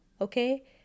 okay